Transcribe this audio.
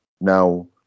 now